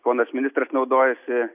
ponas ministras naudojosi